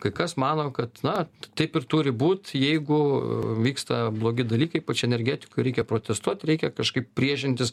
kai kas mano kad na taip ir turi būt jeigu vyksta blogi dalykai ypač energetikoj reikia protestuoti reikia kažkaip priešintis